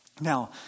Now